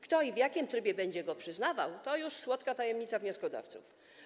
Kto i w jakim trybie będzie go przyznawał, to już słodka tajemnica wnioskodawców.